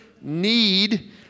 Need